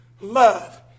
love